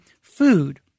food